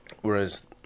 Whereas